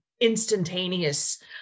instantaneous